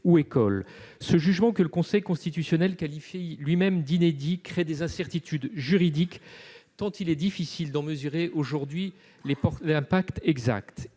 Ce jugement, que le Conseil constitutionnel qualifie lui-même d'inédit, crée des incertitudes juridiques, tant il est difficile à ce jour d'en mesurer toutes les conséquences.